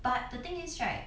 but the thing is right